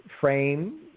frame